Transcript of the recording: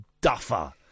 duffer